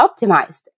optimized